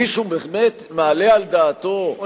מישהו באמת מעלה על דעתו?